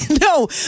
No